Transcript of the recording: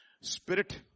spirit